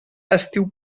estiu